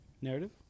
Narrative